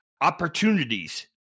opportunities